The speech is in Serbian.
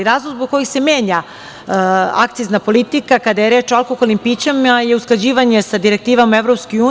Razlog zbog kojeg se menja akcizna politika kada je reč o alkoholnim pićima je usklađivanje sa direktivom EU.